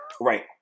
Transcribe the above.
Right